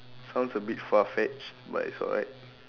sounds a bit far fetched but it's alright